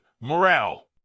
morale